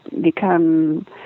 become